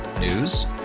News